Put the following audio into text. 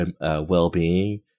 well-being